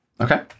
Okay